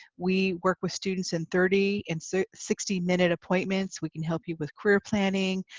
we work with students in thirty and so sixty minute appointments. we can help you with career planning,